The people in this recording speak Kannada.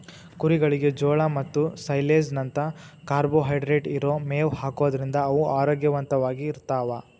ಕುರಿಗಳಿಗೆ ಜೋಳ ಮತ್ತ ಸೈಲೇಜ್ ನಂತ ಕಾರ್ಬೋಹೈಡ್ರೇಟ್ ಇರೋ ಮೇವ್ ಹಾಕೋದ್ರಿಂದ ಅವು ಆರೋಗ್ಯವಂತವಾಗಿರ್ತಾವ